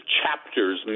chapters